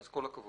אז כל הכבוד.